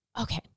okay